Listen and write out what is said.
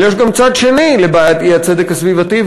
אבל יש גם צד שני לבעיית האי-צדק הסביבתי,